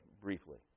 briefly